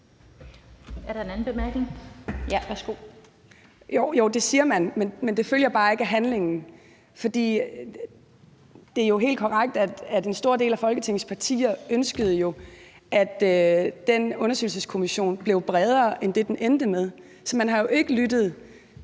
Jo, det siger man, men det følger bare ikke af handlingen. Det er jo helt korrekt, at en stor del af Folketingets partier ønskede, at den undersøgelseskommission blev bredere end det, den endte med. Så man har jo ikke lyttet